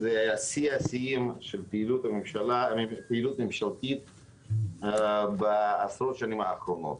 זה שיא השיאים של פעילות ממשלתית בעשר השנים האחרונות.